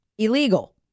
Illegal